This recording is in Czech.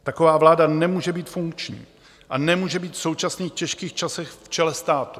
Taková vláda nemůže být funkční a nemůže být v současných těžkých časech v čele státu.